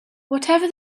whatever